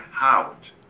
out